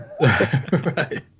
Right